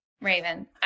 Raven